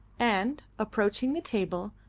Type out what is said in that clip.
and, approaching the table,